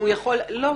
לא,